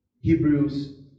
Hebrews